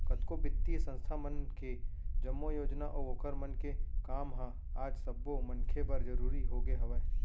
कतको बित्तीय संस्था मन के जम्मो योजना अऊ ओखर मन के काम ह आज सब्बो मनखे बर जरुरी होगे हवय